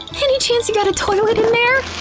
any chance you got a toilet in there!